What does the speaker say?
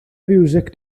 fiwsig